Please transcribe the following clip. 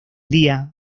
día